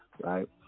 right